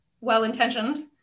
well-intentioned